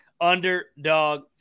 Underdog